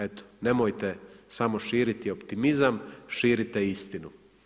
Eto, nemojte samo širiti optimizam, širite istinu.